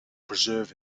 preserve